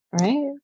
right